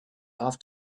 off